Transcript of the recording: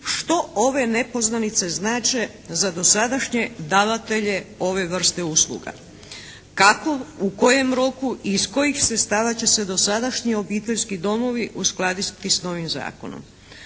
Što ove nepoznanice znače za dosadašnje davatelje ove vrste usluga, kako, u kojem roku i iz kojih sredstava će se dosadašnji obiteljski domovi uskladiti s novim zakonom.